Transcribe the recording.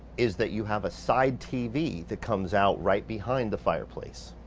is that you have a side tv that comes out right behind the fireplace.